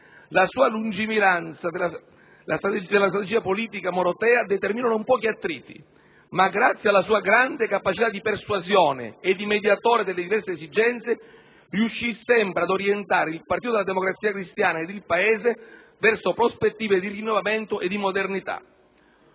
La lungimiranza della strategia politica morotea determinò non pochi attriti, ma, grazie alla sua grande capacità di persuasione e di mediazione delle diverse esigenze, riuscì sempre a orientare il partito della Democrazia cristiana ed il Paese verso prospettive di rinnovamento e di modernità.